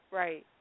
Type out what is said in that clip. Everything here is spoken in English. right